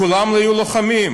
כולם היו לוחמים.